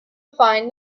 find